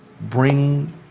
Bring